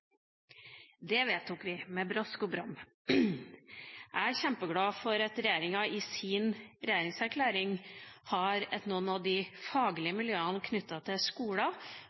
Det vedtok vi med brask og bram. Jeg er kjempeglad for at regjeringa i sin regjeringserklæring har at noen av de faglige miljøene knyttet til